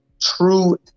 true